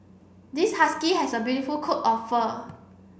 this husky has a beautiful coat of fur